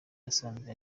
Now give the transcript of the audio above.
yasanze